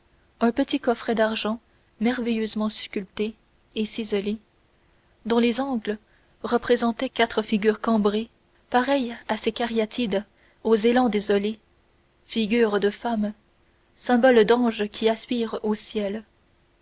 un petit coffret d'argent merveilleusement sculpté et ciselé dont les angles représentaient quatre figures cambrées pareilles à ces cariatides aux élans désolés figures de femmes symboles d'anges qui aspirent au ciel